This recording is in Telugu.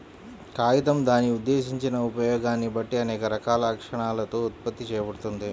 కాగితం దాని ఉద్దేశించిన ఉపయోగాన్ని బట్టి అనేక రకాల లక్షణాలతో ఉత్పత్తి చేయబడుతుంది